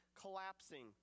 collapsing